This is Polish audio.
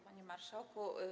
Panie Marszałku!